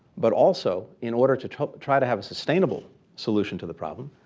but also in order to try try to have a sustainable solution to the problem,